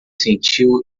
sentiu